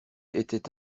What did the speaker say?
était